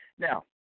Now